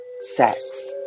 Sex